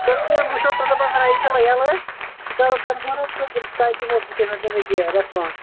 توٚتن تام اگر انشاء اللہ یَلہٕ ٲس سُہ کَرَو کَنفٔرٕم تہٕ تۄہہِ دِمو سُہ کینٛہہ نتہٕ کینٛہہ یہِ ریٚسپانٛڈ